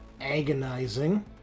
agonizing